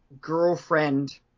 girlfriend